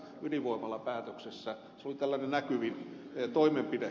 se oli tällainen näkyvin toimenpide